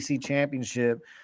championship